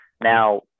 Now